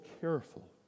careful